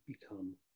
become